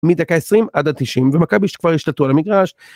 מדקה 20' עד ה-90' ומכבי כבר השתלטו על המגרש.